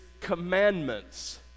commandments